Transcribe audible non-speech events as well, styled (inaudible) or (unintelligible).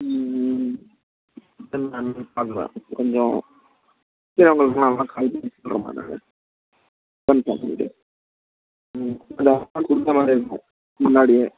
(unintelligible) நானும் பார்க்குறேன் கொஞ்சம் சரி உங்களுக்கு நான் வந்தால் கால் பண்ணி சொல்கிறேம்மா நான் கன்ஃபார்ம் பண்ணிகிட்டு ம் கொஞ்சம் அட்வான்ஸ் கொடுக்கற மாதிரி இருக்கும் முன்னாடியே